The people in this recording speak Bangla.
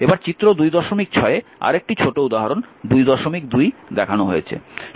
চিত্র 26 এ আরেকটি ছোট উদাহরণ 22 দেখানো হয়েছে